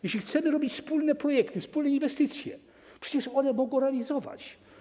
Jeśli chcemy robić wspólne projekty, wspólne inwestycje, a przecież one mogą realizować.